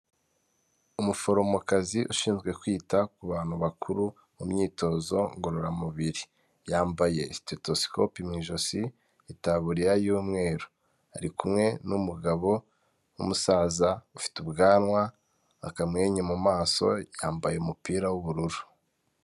Umuforomokazi ushinzwe kwita ku bantu bakuru, mu myitozo ngororamubiri. Yambaye sitetosikope mu ijosi, itaburiya y'umweru. Ari kumwe n'umugabo w'umusaza ufite ubwanwa, akamwenyu mu maso, yambaye umupira w'ubururu.